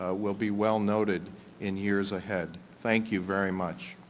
ah will be well noted in years ahead. thank you very much.